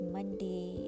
Monday